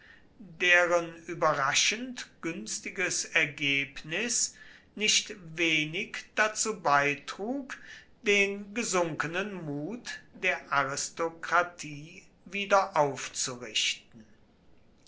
deren überraschend günstiges ergebnis nicht wenig dazu beitrug den gesunkenen mut der